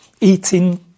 eating